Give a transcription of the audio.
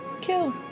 Kill